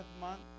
month